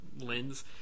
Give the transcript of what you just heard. lens